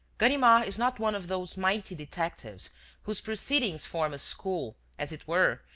ganimard is not one of those mighty detectives whose proceedings form a school, as it were,